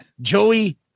Joey